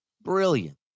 Brilliant